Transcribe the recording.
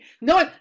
No